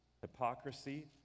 hypocrisy